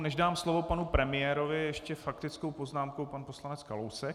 Než dám slovo panu premiérovi, ještě faktickou poznámku pan poslanec Kalousek.